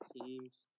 teams